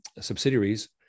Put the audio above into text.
subsidiaries